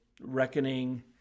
reckoning